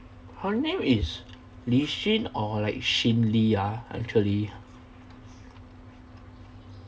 her name is li shin or like shin li ah actually